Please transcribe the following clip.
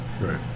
Right